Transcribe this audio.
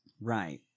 Right